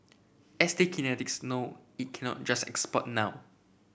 S T Kinetics know it cannot just export now